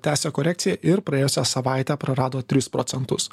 tęsia korekciją ir praėjusią savaitę prarado tris procentus